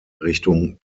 richtung